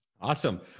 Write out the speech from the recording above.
Awesome